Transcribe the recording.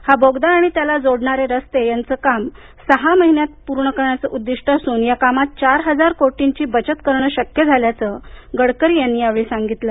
हा बोगदा आणि त्याला जोडणारे रस्त्यांचे काम सहा महिन्यात पूर्ण करण्याचे उद्दीष्ट असून या कामात चार हजार कोटींची बचत करणं शक्य झाल्याचं या वेळी गडकरी यांनी सांगितलं